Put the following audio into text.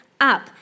up